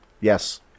Yes